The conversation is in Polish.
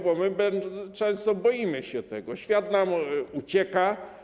Bo często boimy się tego, świat nam ucieka.